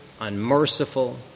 unmerciful